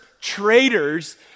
traitors